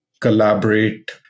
collaborate